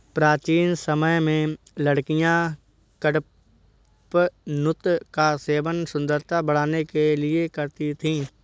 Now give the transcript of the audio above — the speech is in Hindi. प्राचीन समय में लड़कियां कडपनुत का सेवन सुंदरता बढ़ाने के लिए करती थी